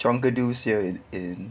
chonkers due here in